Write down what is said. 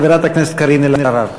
חברת הכנסת קארין אלהרר.